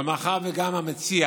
אבל מאחר שגם המציע